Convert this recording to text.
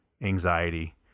anxiety